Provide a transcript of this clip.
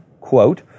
quote